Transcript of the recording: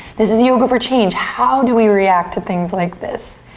this is yoga for change. how do we react to things like this?